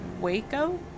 Waco